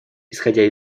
исходя